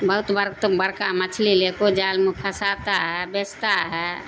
بہت بار تو بڑکا مچھلی لے کو جال میں پھنساتا ہے بیچتا ہے